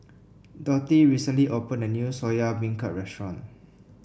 Dorthey recently opened a new Soya Beancurd Restaurant